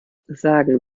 sagen